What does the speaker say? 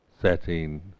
Setting